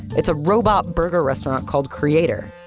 it's a robot burger restaurant called creator,